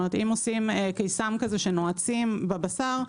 אם עושים קיסם שנועצים בבשר,